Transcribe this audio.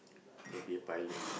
then be a pilot